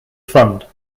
fund